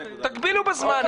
תגבילו בזמן.